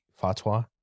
fatwa